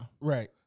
Right